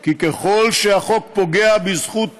כי ככל שהחוק פוגע בזכות